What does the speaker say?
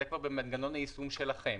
זה כבר במנגנון היישום שלכם.